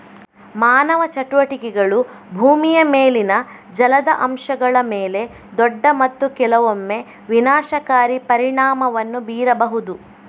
ಮಾನವ ಚಟುವಟಿಕೆಗಳು ಭೂಮಿಯ ಮೇಲಿನ ಜಲದ ಅಂಶಗಳ ಮೇಲೆ ದೊಡ್ಡ ಮತ್ತು ಕೆಲವೊಮ್ಮೆ ವಿನಾಶಕಾರಿ ಪರಿಣಾಮವನ್ನು ಬೀರಬಹುದು